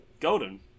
Golden